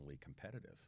competitive